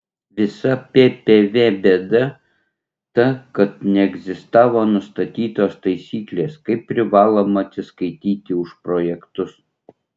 visa ppv bėda ta kad neegzistavo nustatytos taisyklės kaip privaloma atsiskaityti už projektus